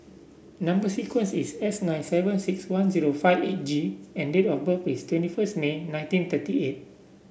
number sequence is S nine seven six one zero five eight G and date of birth is twenty first nine nineteen thirty eight